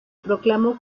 proclamó